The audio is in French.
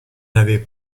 n’avait